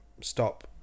stop